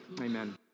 Amen